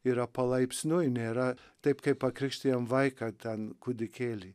yra palaipsniui nėra taip kaip pakrikštijam vaiką ten kūdikėlį